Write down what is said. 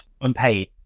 unpaid